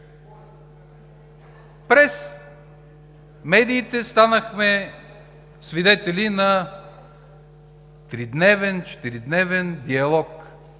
През медиите станахме свидетели на тридневен, четиридневен диалог.